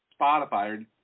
Spotify